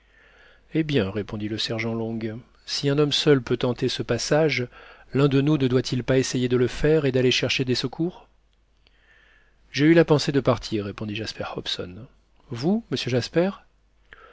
eh bien répondit le sergent long si un homme seul peut tenter ce passage l'un de nous ne doit-il pas essayer de le faire et d'aller chercher des secours j'ai eu la pensée de partir répondit jasper hobson vous monsieur jasper